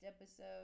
episode